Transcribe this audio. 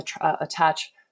attach